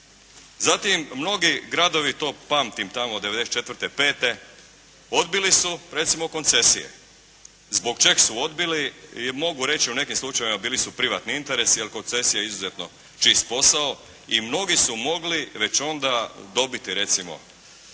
Zatim mnogi gradovi to pamtim tamo 94., 95. odbili su recimo koncesije. Zbog čeg su odbili? Mogu reći u nekim slučajevima bili su privatni interesi, jer koncesija je izuzetno čist posao i mnogi su mogli već onda dobiti recimo,